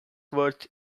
worth